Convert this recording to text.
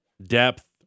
Depth